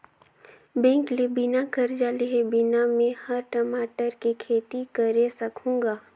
bank ले बिना करजा लेहे बिना में हर टमाटर के खेती करे सकहुँ गा